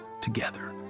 together